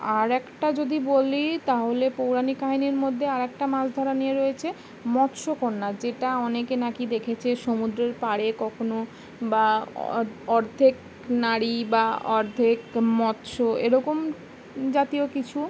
আর একটা যদি বলি তাহলে পৌরাণিক কাহিনীর মধ্যে আর একটা মাছ ধরা নিয়ে রয়েছে মৎস্য কন্যা যেটা অনেকে নাকি দেখেছে সমুদ্রের পাড়ে কখনো বা অর্থেক নারী বা অর্ধেক মৎস্য এরকম জাতীয় কিছু